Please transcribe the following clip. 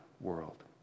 world